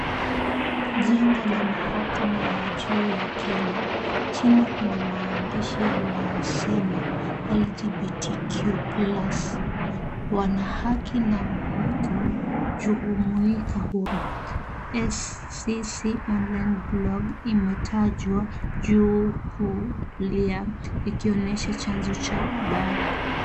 Jengo la mahakama ya juu ya Kenya chini kuna maandishi yanayosema(cs)LGBTQ+(CS) wana haki na kujumuika huru. SCC online blog imetajwa juu kulia ikionyesha chanzo cha habari.